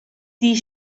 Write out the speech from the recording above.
die